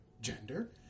gender